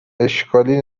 اشکالی